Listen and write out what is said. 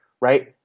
right